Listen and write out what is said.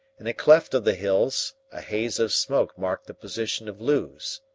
in a cleft of the hills a haze of smoke marked the position of lewes.